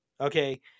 okay